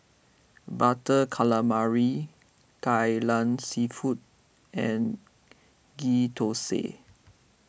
Butter Calamari Kai Lan Seafood and Ghee Thosai